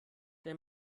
der